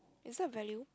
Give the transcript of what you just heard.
is that a value